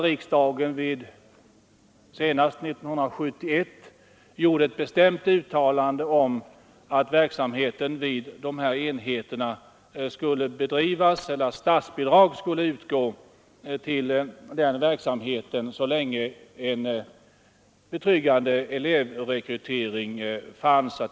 Riksdagen gjorde senast 1971 ett bestämt uttalande om att statsbidrag skulle utgå till den verksamhet som bedrivs vid dessa enheter så länge det fanns en betryggande elevrekrytering.